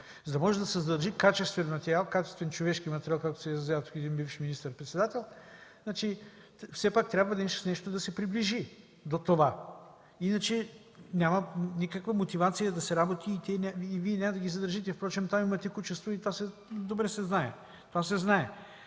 за да може да се задържи качествен материал, качествен човешки материал, както се изразява тук един бивш министър-председател, все пак трябва с нещо да се приближи до това, иначе няма никаква мотивация да се работи и Вие няма да ги задържите. Впрочем там има текучество и това добре се знае. Това се знае!